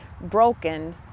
broken